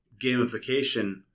gamification